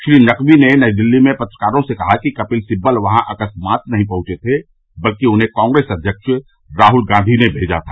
श्री नकवी ने नई दिल्ली में पत्रकारों से कहा कि कपिल सिबल वहां अकस्मात नहीं पहुंचे थे बल्कि उन्हें कांग्रेस अध्यक्ष राहुल गांधी ने भेजा था